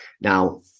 Now